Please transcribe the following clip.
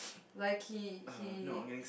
like he he